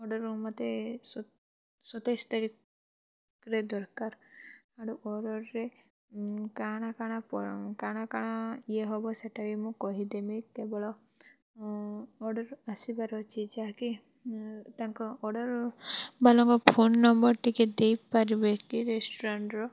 ଅର୍ଡ଼ରର ମୋତେ ସତ ସତେଇଶ୍ ତାରିଖରେ ଦରକାର ଆରୁ ଅର୍ଡ଼ରରେ କାଣା କାଣା ପ କାଣା କାଣା ଇଏ ହେବ ସେଇଟା ବି ମୁଁ କହିଦେବି କେବଳ ଅର୍ଡ଼ର୍ ଆସିବାର ଅଛି ଯାହାକି ତାଙ୍କ ଅର୍ଡ଼ର୍ ମାନଙ୍କ ଫୋନ୍ ନମ୍ବର୍ ଟିକେ ଦେଇ ପାରିବେ କି ରେଷ୍ଟୁରାଣ୍ଟର